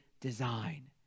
design